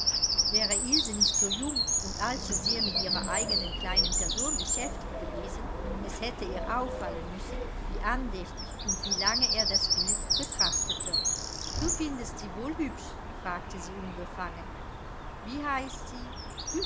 wäre ilse nicht so jung und allzu sehr mit ihrer eigenen kleinen person beschäftigt gewesen es hätte ihr auffallen müssen wie andächtig und wie lange er das bild betrachtete du findest sie wohl hübsch fragte sie unbefangen wie heißt sie